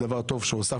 זה דבר טוב שהוספנו.